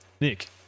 Nick